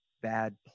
bad